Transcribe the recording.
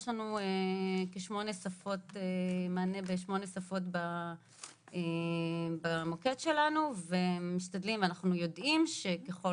יש מענה בכ-8 שפות במוקד ואנחנו יודעים שככל